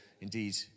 indeed